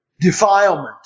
defilement